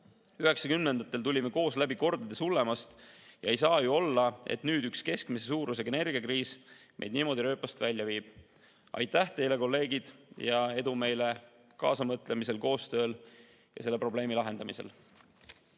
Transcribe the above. tulime koos läbi kordades hullemast. Ei saa ju olla, et nüüd üks keskmise suurusega energiakriis meid niimoodi rööpast välja viib. Aitäh teile, kolleegid! Edu meile kaasamõtlemisel, koostööl ja selle probleemi lahendamisel!